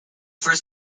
first